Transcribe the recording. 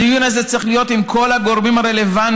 הדיון הזה צריך להיות עם כל הגורמים הרלוונטיים,